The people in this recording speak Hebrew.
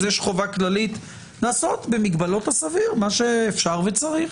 אז יש חובה כללית לעשות במגבלות הסביר מה שאפשר וצריך.